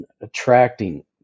attracting